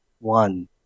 one